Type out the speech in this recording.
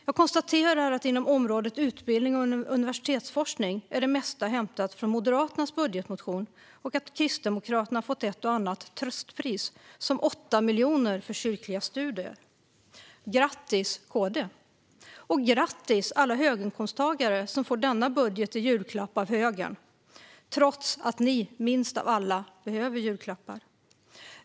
Jag konstaterar att det mesta inom området utbildning och universitetsforskning är hämtat från Moderaternas budgetmotion och att Kristdemokraterna fått ett och annat tröstpris, som 8 miljoner för kyrkliga studier. Grattis KD, och grattis alla höginkomsttagare som får denna budget i julklapp av högern, trots att ni minst av alla behöver julklappar!